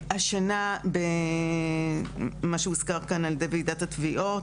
השנה, מה שהוזכר כאן על ידי ועידת התביעות